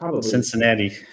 Cincinnati